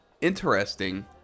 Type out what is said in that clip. interesting